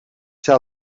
zij